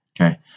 Okay